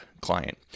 client